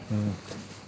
mm